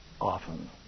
often